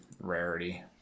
rarity